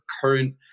current